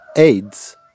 AIDS